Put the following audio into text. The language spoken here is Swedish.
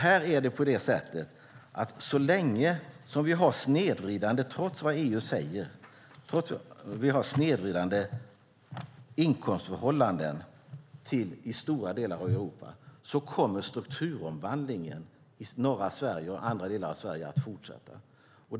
Här är det på det sättet att strukturomvandlingen i norra Sverige och andra delar av Sverige kommer att fortsätta så länge vi, trots vad EU säger, har snedvridande inkomstförhållanden i stora delar av Europa.